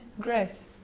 Grace